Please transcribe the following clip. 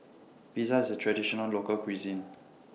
Pizza IS A Traditional Local Cuisine